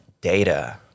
data